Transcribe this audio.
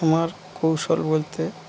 আমার কৌশল বলতে